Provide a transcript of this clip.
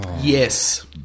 Yes